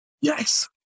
yes